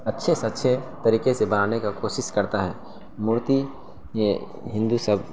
اچھے سے اچھے طریقے سے بنانے کا کوشش کرتا ہے مورتی یہ ہندو سب